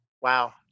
Wow